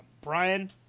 Brian